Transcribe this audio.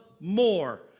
more